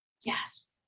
Yes